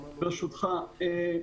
ברשותך,